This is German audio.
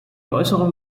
äußerung